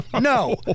No